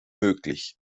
möglich